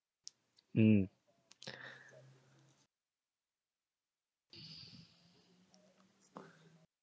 mm